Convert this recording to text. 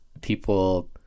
people